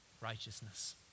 Righteousness